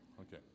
Okay